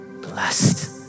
Blessed